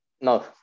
No